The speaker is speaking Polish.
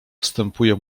wstępuje